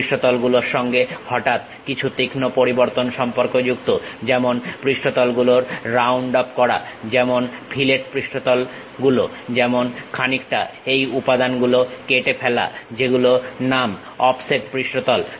পৃষ্ঠতল গুলোর সঙ্গে হঠাৎ কিছু তীক্ষ্ণ পরিবর্তন সম্পর্কযুক্ত যেমন পৃষ্ঠতল গুলোর রাউন্ড অফ করা যেমন ফিলেট পৃষ্ঠতল গুলো যেমন খানিকটা এই উপাদানগুলো কেটে ফেলা যেগুলোর নাম অফসেট পৃষ্ঠতল